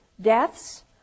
deaths